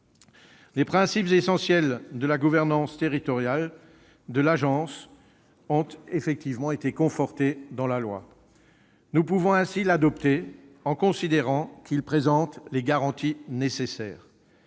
Les principes essentiels de la gouvernance territoriale de l'Agence ont été confortés dans la loi. Nous pouvons adopter ce texte en considérant qu'il présente les garanties nécessaires.